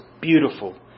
beautiful